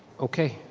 okay,